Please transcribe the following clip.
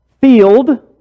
field